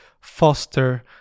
foster